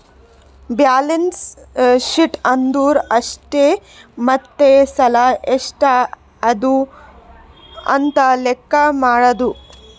balance sheet ಅಂದುರ್ ಆಸ್ತಿ ಮತ್ತ ಸಾಲ ಎಷ್ಟ ಅದಾ ಅಂತ್ ಲೆಕ್ಕಾ ಮಾಡದು